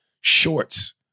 shorts